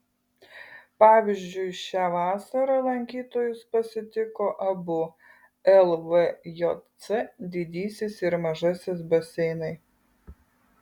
pavyzdžiui šią vasarą lankytojus pasitiko abu lvjc didysis ir mažasis baseinai